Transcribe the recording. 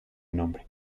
nombre